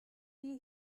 wir